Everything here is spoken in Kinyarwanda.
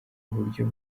buryo